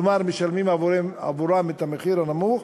כלומר משלמים עבורם את המחיר הנמוך,